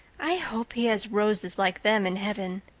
i hope he has roses like them in heaven.